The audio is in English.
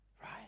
Right